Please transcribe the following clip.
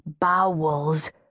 bowels